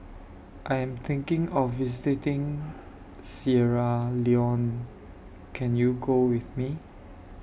I Am thinking of visiting Sierra Leone Can YOU Go with Me